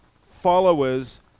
followers